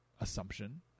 assumption